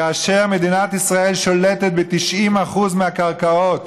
כאשר מדינת ישראל שולטת ב-90% מהקרקעות